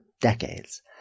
decades